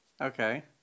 Okay